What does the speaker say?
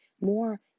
More